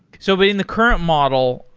so but in the current model,